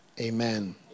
Amen